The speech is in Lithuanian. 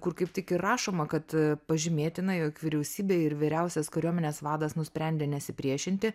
kur kaip tik ir rašoma kad pažymėtina jog vyriausybė ir vyriausias kariuomenės vadas nusprendė nesipriešinti